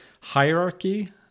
hierarchy